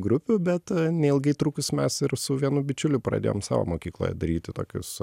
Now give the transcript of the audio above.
grupių bet neilgai trukus mes ir su vienu bičiuliu pradėjom savo mokykloje daryti tokius